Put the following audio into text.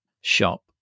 shop